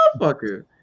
motherfucker